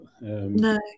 No